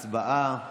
הצבעה.